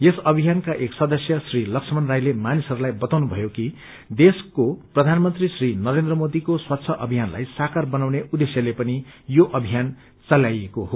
यस अभियानका एक सदस्य श्री लस्मण राईले मानिसहस्लाई बताउनुधयो कि देशको प्रधानमन्त्री श्री नरेन्द्र मोदीको स्वष्छ अभियानलाई साकार बनाउने उद्देश्यले पनि यो अभियान चलाइएको हो